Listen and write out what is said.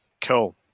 Cool